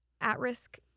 at-risk